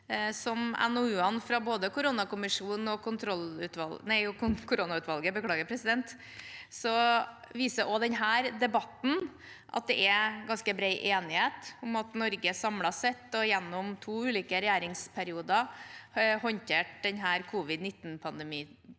koronakommisjonen og koronautvalget viser også denne debatten at det er ganske bred enighet om at Norge samlet sett og gjennom to ulike regjeringsperioder håndterte covid-19pandemien